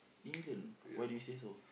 England why do you say so